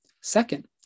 Second